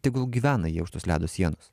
tegul gyvena jie už tos ledo sienos